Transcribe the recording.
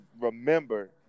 remember